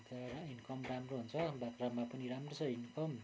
अन्त इन्कम राम्रो हुन्छ बाख्रामा पनि राम्रो छ इन्कम